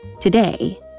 Today